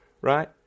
right